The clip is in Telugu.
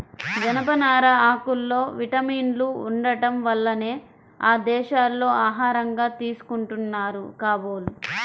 జనపనార ఆకుల్లో విటమిన్లు ఉండటం వల్లనే ఆ దేశాల్లో ఆహారంగా తీసుకుంటున్నారు కాబోలు